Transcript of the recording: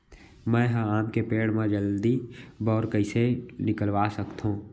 मैं ह आम के पेड़ मा जलदी बौर कइसे निकलवा सकथो?